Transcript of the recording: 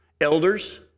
Elders